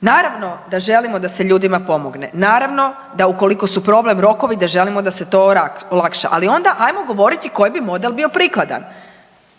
Naravno da želimo da se ljudima pomogne, naravno da ukoliko su problem rokovi da želimo da se to olakša, ali onda ajmo govoriti koji bi model bio prikladan.